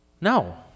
No